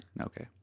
Okay